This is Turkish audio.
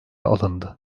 alındı